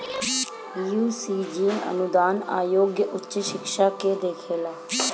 UGC अनुदान आयोग उच्च शिक्षा के देखेला